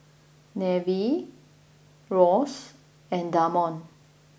Neveah Ross and Damond